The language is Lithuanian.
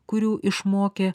kurių išmokė